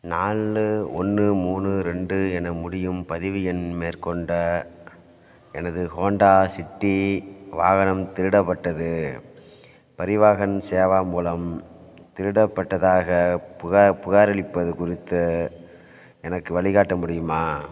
நாலு ஒன்று மூணு ரெண்டு என முடியும் பதிவு எண் மேற்கொண்ட எனது ஹோண்டா சிட்டி வாகனம் திருடப்பட்டது பரிவாஹன் சேவா மூலம் திருடப்பட்டதாகப் புகார் புகாரளிப்பது குறித்து எனக்கு வழிகாட்ட முடியுமா